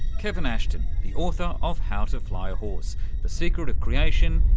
kevin ashton, the author of how to fly a horse the secret of creation,